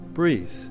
breathe